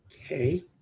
Okay